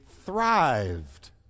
thrived